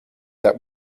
that